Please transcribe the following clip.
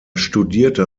studierte